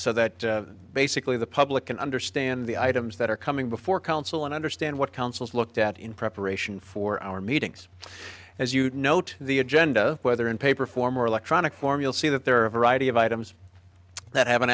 so that basically the public can understand the items that are coming before council and understand what councils looked at in preparation for our meetings as you note the agenda whether in paper form or electronic form you'll see that there are a variety of items that have an